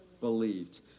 Believed